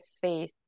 faith